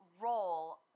role